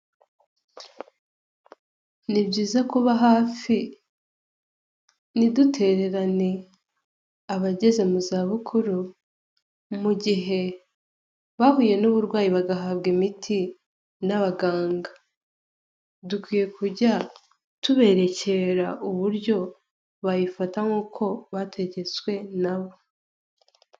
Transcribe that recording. Ni byiza kuba hafi ntidutererane abageze mu zabukuru, mu gihe bahuye n'uburwayi bagahabwa imiti n'abaganga. Dukwiye kujya tuberekera uburyo bayifata nk'uko bategetswe na bo.